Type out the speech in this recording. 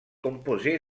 composé